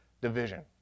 division